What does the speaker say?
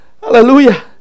Hallelujah